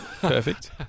Perfect